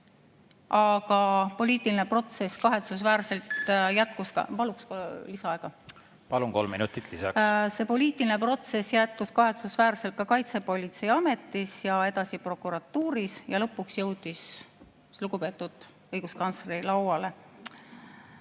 See poliitiline protsess jätkus kahetsusväärselt ka Kaitsepolitseiametis ja edasi prokuratuuris ning lõpuks jõudis lugupeetud õiguskantsleri lauale.